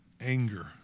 Anger